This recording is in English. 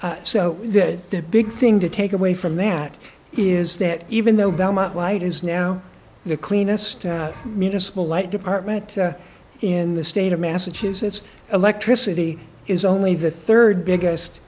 so that the big thing to take away from that is that even though belmont light is now the cleanest municipal light department in the state of massachusetts electricity is only the third biggest